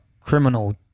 criminal